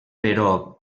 però